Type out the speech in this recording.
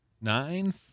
Nine